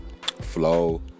Flow